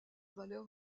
valeur